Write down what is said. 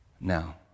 Now